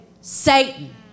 Satan